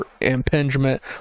impingement